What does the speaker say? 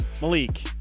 Malik